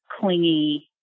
clingy